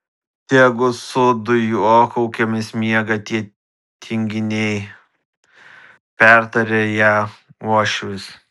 tegu su dujokaukėmis miega tie tinginiai pertarė ją uošvis